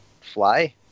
fly